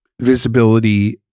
visibility